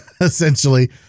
essentially